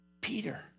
Peter